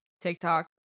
TikTok